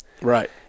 right